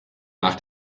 nach